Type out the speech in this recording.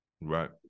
Right